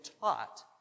taught